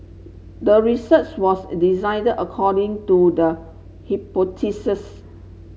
the research was designed according to the hypothesis